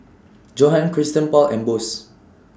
Johan Christian Paul and Bose